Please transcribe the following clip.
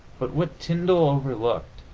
but what tyndall overlooked